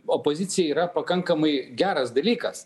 opozicijai yra pakankamai geras dalykas